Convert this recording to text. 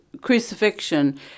crucifixion